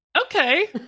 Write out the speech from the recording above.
Okay